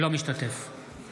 אינו משתתף בהצבעה